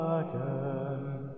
again